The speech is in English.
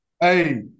Hey